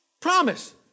promise